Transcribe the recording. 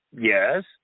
yes